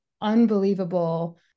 unbelievable